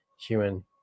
human